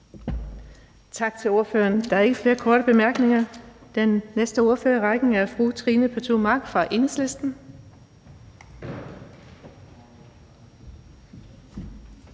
Tak til ordføreren. Der er ikke flere korte bemærkninger. Den næste ordfører i rækken er fru Trine Pertou Mach fra Enhedslisten.